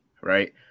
right